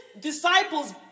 disciples